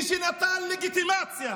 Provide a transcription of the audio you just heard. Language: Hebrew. מי שנתן לגיטימציה